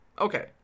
Okay